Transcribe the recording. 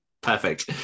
Perfect